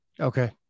Okay